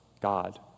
God